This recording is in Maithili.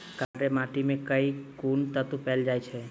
कार्य माटि मे केँ कुन तत्व पैल जाय छै?